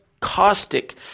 caustic